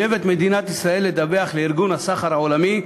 מדינת ישראל מחויבת לדווח לארגון הסחר העולמי,